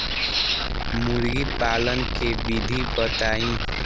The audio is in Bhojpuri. मुर्गी पालन के विधि बताई?